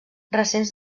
recents